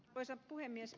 arvoisa puhemies